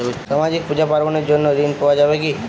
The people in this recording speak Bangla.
সামাজিক পূজা পার্বণ এর জন্য ঋণ পাওয়া যাবে কি?